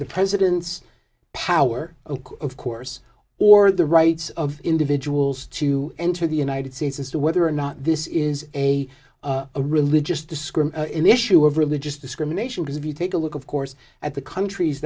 the president's power of course or the rights of individuals to enter the united states as to whether or not this is a a religious to scream in the issue of religious discrimination because if you take a look of course at the countries